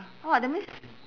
!wah! that means